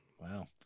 Wow